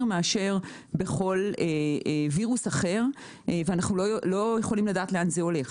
מכל וירוס אחר ואנחנו לא יכולים לדעת לאן זה הולך.